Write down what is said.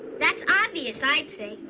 that's obvious, i'd say.